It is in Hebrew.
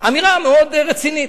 אמירה מאוד רצינית.